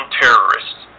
terrorists